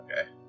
Okay